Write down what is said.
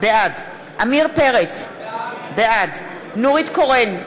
בעד עמיר פרץ, בעד נורית קורן,